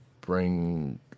bring